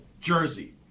jersey